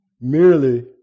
merely